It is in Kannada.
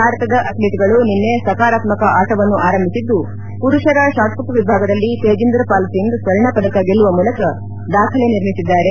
ಭಾರತದ ಅಥೀಟ್ಗಳು ನಿನ್ನೆ ಸೆಕಾರಾತ್ಮಕ ಆಟವನ್ನು ಆರಂಭಿಸಿದ್ದು ಪುರುಷರ ಶಾಣ್ಫುಟ್ ವಿಭಾಗದಲ್ಲಿ ತೇಜಿಂದರ್ಪಾಲ್ ಸಿಂಗ್ ಸ್ಸರ್ಣಪದಕ ಗೆಲ್ತುವ ಮೂಲಕ ದಾಖಲೆ ನಿರ್ಮಿಸಿದ್ದಾರೆ